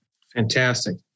Fantastic